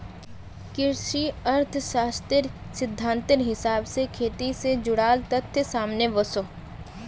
कृषि अर्थ्शाश्त्रेर सिद्धांतेर हिसाब से खेटी से जुडाल तथ्य सामने वोसो